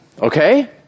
Okay